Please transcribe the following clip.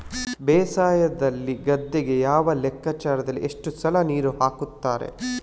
ಬೇಸಾಯದಲ್ಲಿ ಗದ್ದೆಗೆ ಯಾವ ಲೆಕ್ಕಾಚಾರದಲ್ಲಿ ಎಷ್ಟು ಸಲ ನೀರು ಹಾಕ್ತರೆ?